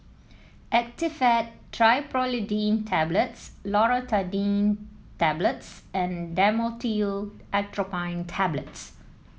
Actifed Triprolidine Tablets Loratadine Tablets and Dhamotil Atropine Tablets